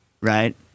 right